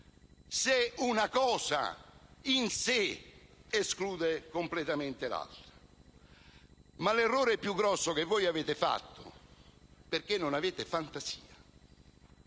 se una cosa in sé esclude completamente l'altra? Ma l'errore più grande che avete fatto (perché non avete fantasia)